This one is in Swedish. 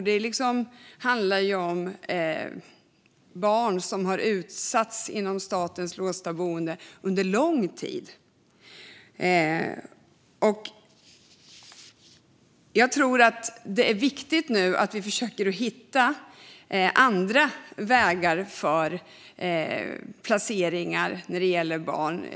Det handlar om barn som har utsatts inom statens låsta boenden under lång tid. Det är nu viktigt att vi försöker att hitta andra vägar för placeringar av barn.